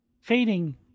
Fading